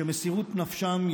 שמסירות נפשם,